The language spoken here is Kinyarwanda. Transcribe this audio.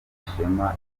ishema